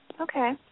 Okay